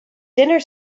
dinner